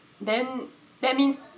then that means